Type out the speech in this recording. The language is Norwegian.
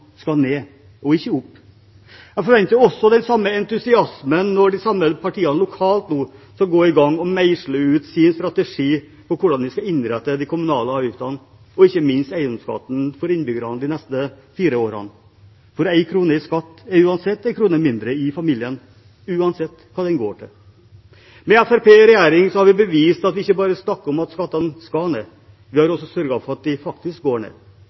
skal ned og ikke opp. Jeg forventer den samme entusiasmen når de samme partiene nå lokalt skal gå i gang med å meisle ut sin strategi for hvordan de skal innrette de kommunale avgiftene og ikke minst eiendomsskatten for innbyggerne de neste fire årene. Én krone i skatt er én krone mindre til familien – uansett hva den går til. Med Fremskrittspartiet i regjering har vi bevist at vi ikke bare snakker om at skattene skal ned. Vi har også sørget for at de faktisk går ned.